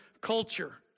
culture